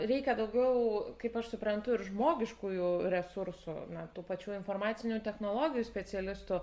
reikia daugiau kaip aš suprantu ir žmogiškųjų resursų na tų pačių informacinių technologijų specialistų